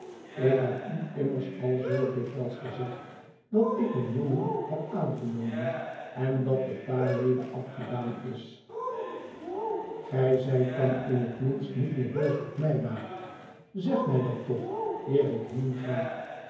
ik heb u immers al zoo dikwijls gezegd dat ik een jongen heb aangenomen en dat het daarmede afgedaan is gij cad dy jellyby is gehuwd zijt dan in het minst niet meer boos op mij ma zeg mij dat toch eer ik